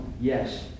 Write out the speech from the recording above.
yes